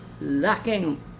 lacking